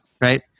right